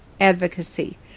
advocacy